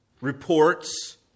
reports